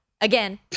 again